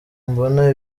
mbona